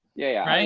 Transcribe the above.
yeah,